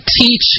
teach